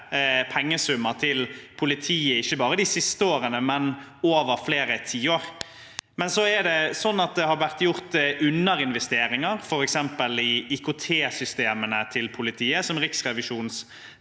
pengesummer til politiet ikke bare de siste årene, men over flere tiår. Så er det sånn at det har vært gjort underinvesteringer, f.eks. i IKT-systemene til politiet, som Riksrevisjonens